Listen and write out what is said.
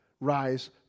Rise